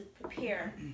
prepare